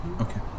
Okay